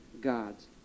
God's